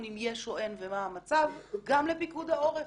אם יש או אין ומה המצב גם לפיקוד העורף,